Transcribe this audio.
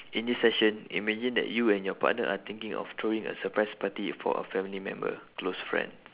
in this session imagine that you and your partner are thinking of throwing a surprise party for a family member close friends